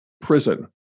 prison